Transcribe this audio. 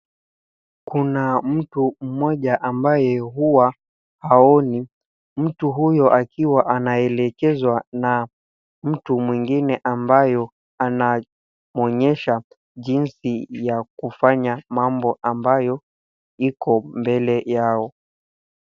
Kuna mtu mmoja ambaye huwa haoni. Mtu huyo akiwa anaelekezwa na mtu mwingine ambayo anamwonyesha jinsi ya kufanya mambo ambayo iko mbele yao.